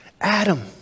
Adam